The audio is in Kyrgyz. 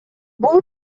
бул